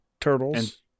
Turtles